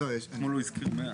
כל מיני סוגים של מדרגות.